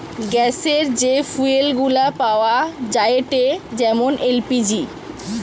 গ্যাসের যে ফুয়েল গুলা পাওয়া যায়েটে যেমন এল.পি.জি